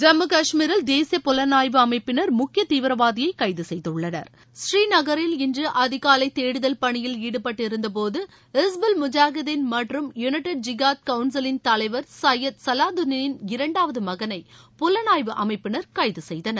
ஜம்மு காஷ்மீரில் தேசிய புலனாய்வு அமைப்பினர் முக்கிய தீவிரவாதியை கைது செய்துள்ளனர் புநீநகரில் இன்று அதிகாலை தேடுதல் பணியில் ஈடுபட்டிருந்தபோது ஹிஸ்புல் முஜாகிதின் மற்றும் யுளைடட் ஜிகாத் கவுன்சிலின் தலைவர் சையது சவாலுதினின் இரண்டாவது மகனை புலனாய்வு அமைப்பினர் கைது செய்தனர்